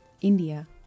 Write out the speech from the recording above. India